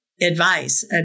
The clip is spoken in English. advice